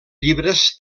llibres